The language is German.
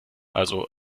also